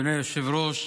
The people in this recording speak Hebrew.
אדוני היושב-ראש,